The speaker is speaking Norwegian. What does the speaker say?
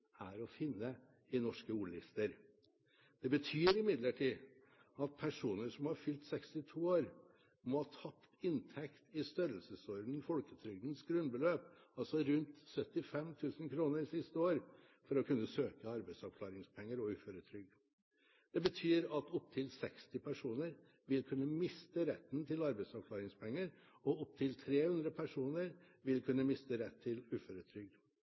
er å finne i norske ordlister. Det betyr imidlertid at personer som har fylt 62 år, må ha tapt inntekt i størrelsesorden folketrygdens grunnbeløp, altså rundt 75 000 kr siste år, for å kunne søke arbeidsavklaringspenger og uføretrygd. Det betyr at opptil 60 personer vil kunne miste retten til arbeidsavklaringspenger, og opptil 300 personer vil kunne miste rett til uføretrygd.